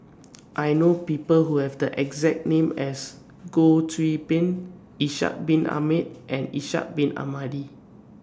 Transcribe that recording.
I know People Who Have The exact name as Goh Qiu Bin Ishak Bin Ahmad and Ishak Bin Ahmad